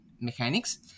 mechanics